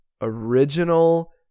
original